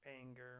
anger